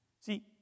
See